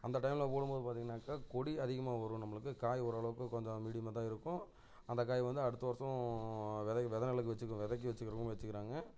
அந்த டைமில் போடும் போது பார்த்தீங்கனாக்கா கொடி அதிகமாக வரும் நம்மளுக்கு காய் ஓரளவுக்கு கொஞ்சம் மீடியமாக தான் இருக்கும் அந்த காய் வந்து அடுத்த வருஷம் வெதைக்கு வித நெல்லுக்கு வச்சுக்கு விதைக்கி வச்சுக்குறவங்க வச்சுக்குறாங்க